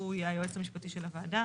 והוא יהיה היועץ המשפטי של הוועדה.